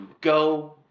go